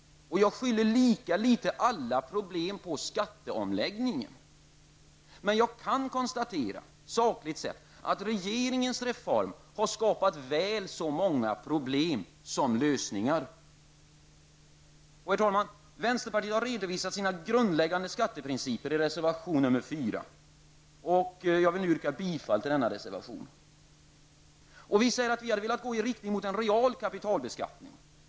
Lika litet skyller jag alla problem på skatteomläggningen. Men jag kan sakligt sett konstatera att regeringens reform skapat väl så många problem som lösningar. Herr talman! Vänsterpartiet har redovisat sina grundläggande skatteprinciper i reservation 4, som jag nu yrkar bifall till. Vi hade velat gå i riktning mot en real kapitalbeskattning.